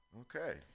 Okay